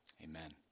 Amen